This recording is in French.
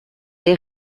des